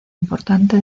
importante